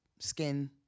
Skin